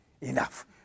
enough